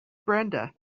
brenda